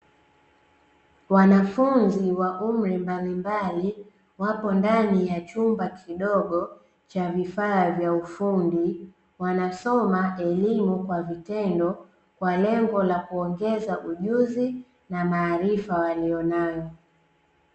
Wanafunzi wa umri mbalimbali wapo ndani ya chumba kidogo cha vifaa vya ufundi wanasoma elimu kwa vitendo kwa lengo la kuongeza ujuzi na maarifa walionayo .